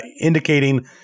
indicating